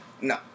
No